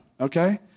okay